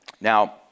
Now